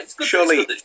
Surely